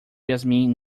yasmin